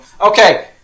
Okay